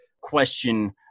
question